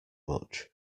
much